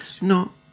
No